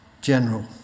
general